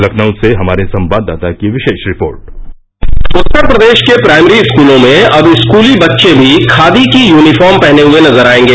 लखनऊ से हमारे संवाददाता की विशेष रिपोर्ट उत्तर प्रदेश के प्राइमरी स्कूलों में अब स्कूली बच्चे भी खादी की यूनीफॉर्म पहने हए नजर आयेंगे